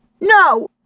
No